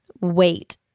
wait